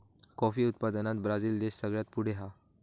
coffee उत्पादनात Brazil देश सगळ्यात पुढे हा